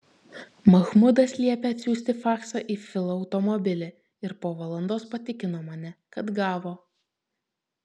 mahmudas liepė atsiųsti faksą į filo automobilį ir po valandos patikino mane kad gavo